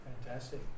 Fantastic